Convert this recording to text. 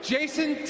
Jason